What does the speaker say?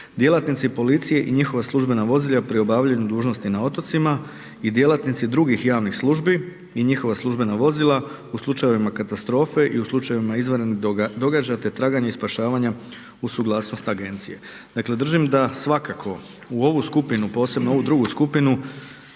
djelatnici policije i njihova službena vozila pri obavljanju dužnosti na otocima i djelatnici drugih javnih služni i njihova službena vozila u slučajevima katastrofe i u slučajevima izvanrednih događaja te traganja i spašavanja uz suglasnost agencije. Dakle, držim da svakako u ovu skupinu, posebnu ovu drugu skupinu